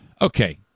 Okay